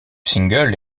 single